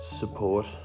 support